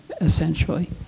essentially